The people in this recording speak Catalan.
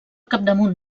capdamunt